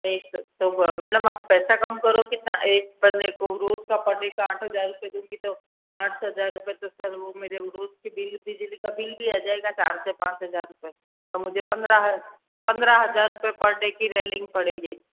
नहीं तो मैडम आप पैसा कम करो कितना एक बंदे को रोज़ का पर डे का आठ हज़ार रुपये दूँगी तो पाँच हज़ार रुपये तो सर वो मेरे रोज़ के बिल बिजली का बिल भी आ जाएगा चार से पाँच हज़ार रूपये तो मुझे पंद्रह पंद्रह हज़ार रुपये पर डे की रैलिंग पड़ेगी